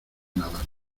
nadar